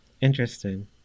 Interesting